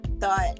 thought